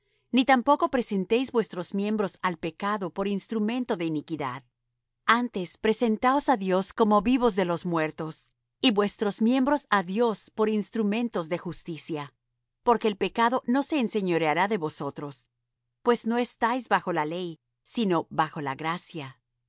ni tampoco presentéis vuestros miembros al pecado por instrumento de iniquidad antes presentaos á dios como vivos de los muertos y vuestros miembros á dios por instrumentos de justicia porque el pecado no se enseñoreará de vosotros pues no estáis bajo la ley sino bajo la gracia